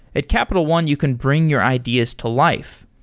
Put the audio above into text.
at capital one, you can bring your ideas to life.